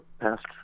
past